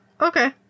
okay